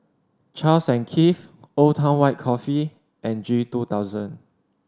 Charles and Keith Old Town White Coffee and G two thousand